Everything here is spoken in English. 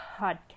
podcast